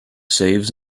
saves